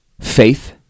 faith